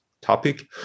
topic